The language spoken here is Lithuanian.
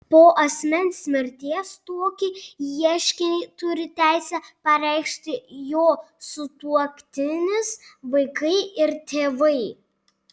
po asmens mirties tokį ieškinį turi teisę pareikšti jo sutuoktinis vaikai ir tėvai